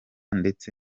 ndetse